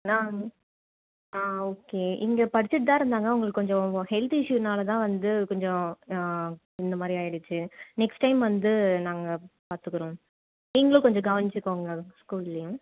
நா ஆ ஓகே இங்கே படிச்சுட்டு தான் இருந்தாங்க அவங்களுக்கு கொஞ்சம் ஹெல்த் இஸ்யூனால் தான் வந்து கொஞ்சம் இந்த மாதிரி ஆகிடுச்சி நெக்ஸ்ட் டைம் வந்து நாங்கள் பார்த்துக்குறோம் நீங்களும் கொஞ்சம் கவனிச்சுக்கோங்க ஸ்கூல்லேயும்